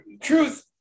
Truth